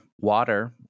water